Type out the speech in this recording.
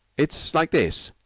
it's like this.